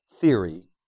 theory